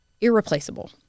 irreplaceable